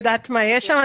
אני יודעת מה יש שם,